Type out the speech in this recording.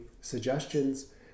suggestions